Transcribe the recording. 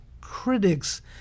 critics